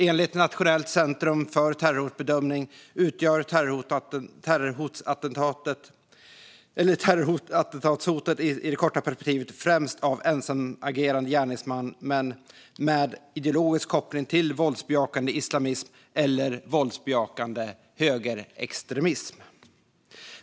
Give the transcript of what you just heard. Enligt Nationellt centrum för terrorhotbedömning utgörs terrorattentatshotet i det korta perspektivet främst av ensamagerande gärningsmän med ideologisk koppling till våldsbejakande islamism eller våldsbejakande högerextremism.